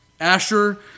Asher